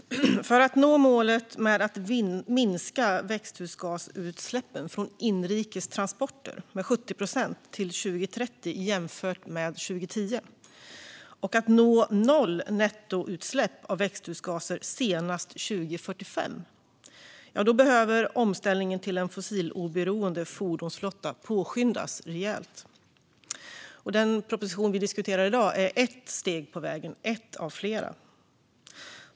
Fru talman! För att nå målet att minska växthusgasutsläppen från inrikes transporter med 70 procent till 2030 jämfört med 2010 och att nå nettonollutsläpp av växthusgaser senast 2045 behöver omställningen till en fossiloberoende fordonsflotta påskyndas rejält. Den proposition vi diskuterar i dag är ett av flera steg på vägen.